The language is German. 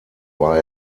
war